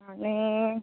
आनी